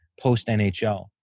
post-NHL